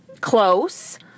Close